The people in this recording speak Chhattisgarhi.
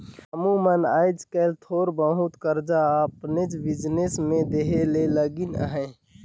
समुह मन आएज काएल थोर बहुत करजा अपनेच बियाज में देहे ले लगिन अहें